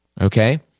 Okay